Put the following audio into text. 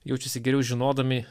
jaučiasi geriau žinodami